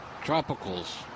tropicals